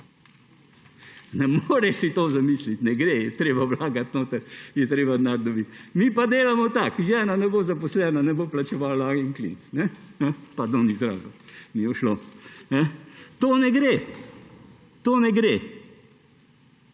Ne moreš si tega zamisliti, ne gre, je treba vlagati noter, je treba denar dobiti. Mi pa delamo tako – žena ne bo zaposlena, ne bo plačevala in klinc, pardon izrazu, mi je ušlo. To ne gre, to ne gre.